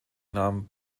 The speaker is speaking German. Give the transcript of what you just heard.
nahm